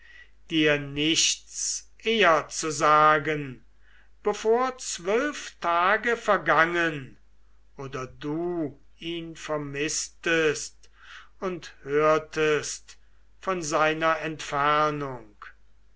dir nichts eher zu sagen bevor zwölf tage vergangen oder du ihn vermißtest und hörtest von seiner entfernung